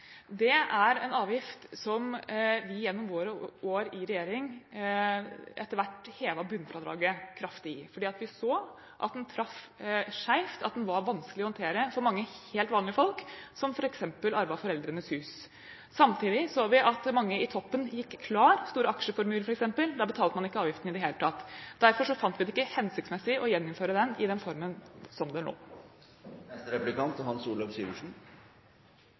Det er en avgift der vi gjennom våre år i regjering etter hvert hevet bunnfradraget kraftig fordi vi så at den traff skjevt, og at den var vanskelig å håndtere for mange helt vanlige folk som f.eks. arvet foreldrenes hus. Samtidig så vi at mange i toppen gikk klar. De med store aksjeformuer betalte f.eks. ikke avgiften i det hele tatt. Derfor fant vi det ikke hensiktsmessig å gjeninnføre den i den formen den forelå. Først vil jeg takke for et godt innlegg, med det utgangspunktet Marianne Marthinsen har, som